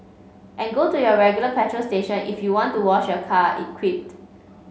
and go to your regular petrol station if you want to wash your car it quipped